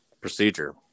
procedure